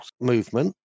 movement